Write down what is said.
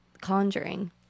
Conjuring